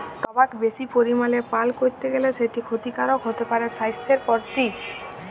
টবাক বেশি পরিমালে পাল করলে সেট খ্যতিকারক হ্যতে পারে স্বাইসথের পরতি